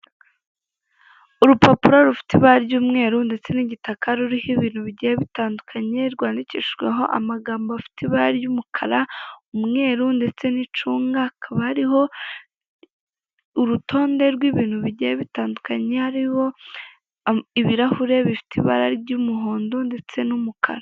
Urupapuro rufite ibara ry'umweru ndetse n'igitaka ruriho ibintu bigiye bitandukanye rwandikishijweho amagambo afite ibara ry'umukara, umweru ndetse n'icunga, hakaba hariho urutonde rw'ibintu bigiye bitandukanye hariho ibirahure bifite ibara ry'umuhondo ndetse n'umukara.